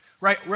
Right